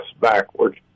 backwards